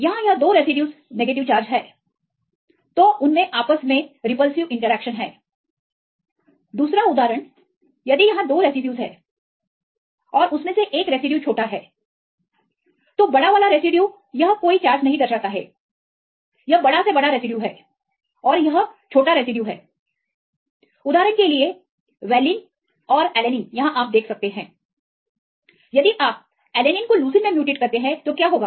यहां यह 2 residues negative charge है तो वह रिपल्सिव इंटरेक्शंस बनाते हैं दूसरा उदाहरण यदि यहां दो रेसिड्यूज है और यह छोटा रेसिड्यू है तो बड़ा वाला रेसिड्यू यह कोई चार्ज नहीं दर्शाता है यह बड़ा से बड़ा रेसिड्यू है और यह छोटा रेसिड्यू है उदाहरण के लिए यहां वेलीन और यहां आप एलेनीन देख सकते हैं यदि आप एलेनीन को लुसीन मे म्यूटेट करते हैं तो क्या होगा